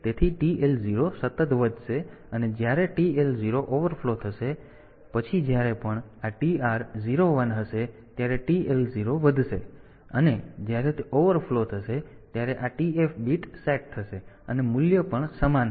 તેથી TL 0 સતત વધશે અને જ્યારે TL 0 ઓવરફ્લો થશે પછી જ્યારે પણ આ TR 0 1 હશે ત્યારે TL 0 વધશે અને જ્યારે તે ઓવરફ્લો થશે ત્યારે આ TF બીટ સેટ થશે અને મૂલ્ય પણ હશે